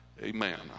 Amen